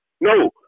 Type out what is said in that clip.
No